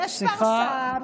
יש פרסה.